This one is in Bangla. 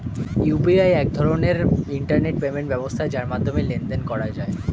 ইউ.পি.আই এক ধরনের ইন্টারনেট পেমেন্ট ব্যবস্থা যার মাধ্যমে লেনদেন করা যায়